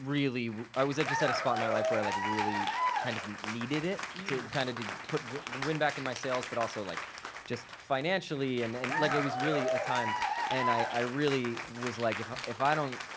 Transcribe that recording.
really, i was just at a spot in my life where i like really kind of needed it kind of, to put the wind back in my sales, but also, like just financially and and like, it was really a time and i really was like if if i don't,